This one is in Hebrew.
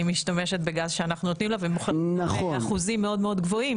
היא משתמשת בגז שאנחנו נותנים לה ומוכרת באחוזים מאוד מאוד גבוהים,